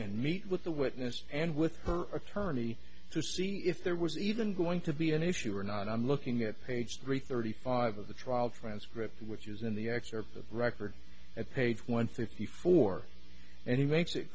and meet with the witness and with her attorney to see if there was even going to be an issue or not and i'm looking at page three thirty five of the trial transcript with use in the excerpt of record at page one fifty four and he makes it